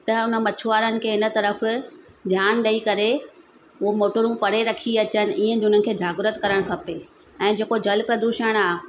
त उन मछुआरनि खे इन तर्फ़ु ध्यानु ॾेई करे उहो मोटरूं परे रखी अचनि ईअं उन खे जागरुत करणु खपे ऐं जेको जल प्रदुषण आहे